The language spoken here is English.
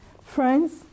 Friends